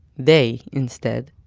they, instead,